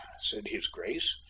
says his grace,